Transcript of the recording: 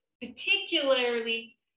particularly